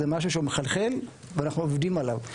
הוא משהו שמחלחל ואנחנו עובדים עליו.